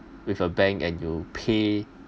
with a bank and you pay